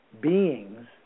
beings